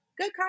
good